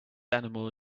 animal